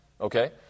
Okay